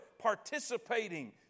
participating